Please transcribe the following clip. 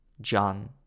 John